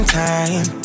time